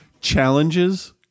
Challenges